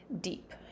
deep